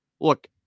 Look